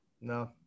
No